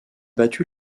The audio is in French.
battu